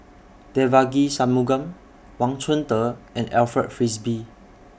Devagi Sanmugam Wang Chunde and Alfred Frisby